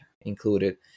included